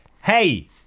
Hey